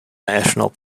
national